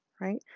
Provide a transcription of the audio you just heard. right